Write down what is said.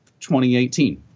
2018